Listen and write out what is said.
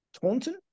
Taunton